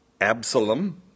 Absalom